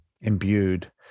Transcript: imbued